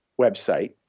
website